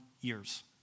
years